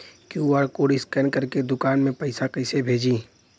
QR code scan करके दुकान में पैसा कइसे भेजी?